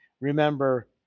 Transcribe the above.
Remember